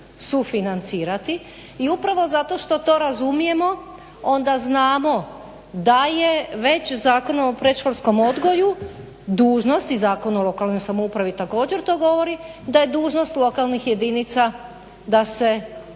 sufinancirati i upravo zato što to razumijemo onda znamo da je već Zakonom o predškolskom odgoju dužnost i Zakon o lokalnoj samoupravi također to govori da je dužnost lokalnih jedinica da se brinu